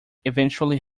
eventually